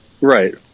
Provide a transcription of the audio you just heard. right